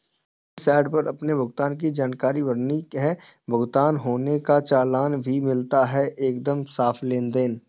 bank की site पर अपने भुगतान की जानकारी भरनी है, भुगतान होने का चालान भी मिलता है एकदम साफ़ लेनदेन